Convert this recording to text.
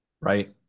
Right